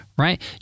right